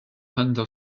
hunter